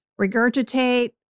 regurgitate